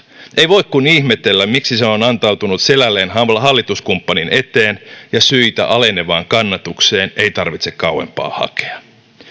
ei voi kuin ihmetellä miksi se on antautunut selälleen hallituskumppanin eteen ja syitä alenevaan kannatukseen ei tarvitse kauempaa hakea myös